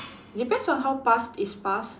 depends on how past is past